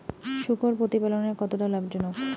শূকর প্রতিপালনের কতটা লাভজনক?